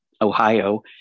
Ohio